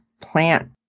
plant